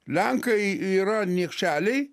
lenkai yra niekšeliai